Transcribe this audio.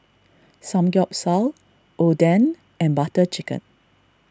Samgyeopsal Oden and Butter Chicken